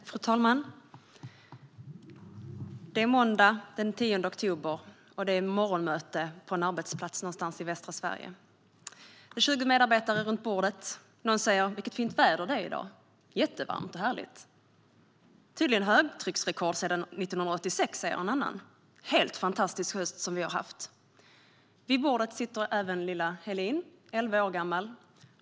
Fru talman! Måndagen den 10 oktober är det morgonmöte på en arbetsplats någonstans i västra Sverige. Det är 20 medarbetare runt bordet. Någon säger: Vilket fint väder det är i dag! Jättevarmt och härligt! Någon annan säger: Det är tydligen högtrycksrekord sedan 1986. Det är en helt fantastisk höst vi haft! Vid bordet sitter även lilla Helin, elva år gammal.